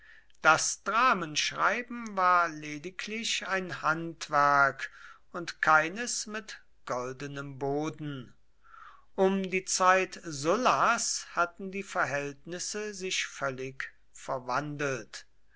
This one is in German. das dramenschreiben war lediglich ein handwerk und keines mit goldenem boden um die zeit sullas hatten die verhältnisse sich völlig verwandelt